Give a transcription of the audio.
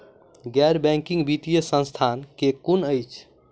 गैर बैंकिंग वित्तीय संस्था केँ कुन अछि?